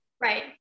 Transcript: Right